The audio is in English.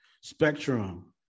Spectrum